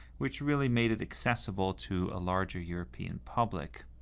which really made it accessible to a larger european public.